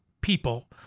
people